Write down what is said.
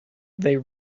they